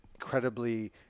incredibly